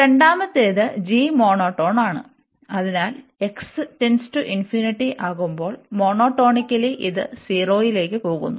രണ്ടാമത്തേത് g monotone ആണ് അതിനാൽ ആകുമ്പോൾ മോനോടോണിക്കലി ഇത് 0 ലേക്ക് പോകുന്നു